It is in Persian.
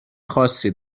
خاصی